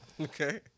Okay